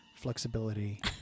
flexibility